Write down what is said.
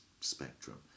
spectrum